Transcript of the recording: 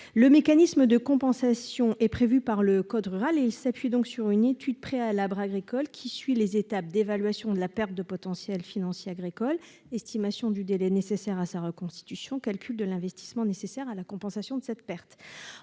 Un mécanisme de compensation est prévu par le code rural et de la pêche maritime. Il déclenche le mécanisme d'une étude préalable agricole qui suit les étapes suivantes : évaluation de la perte de potentiel financier agricole, estimation du délai nécessaire à sa reconstitution, calcul de l'investissement nécessaire à la compensation de cette perte.